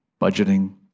budgeting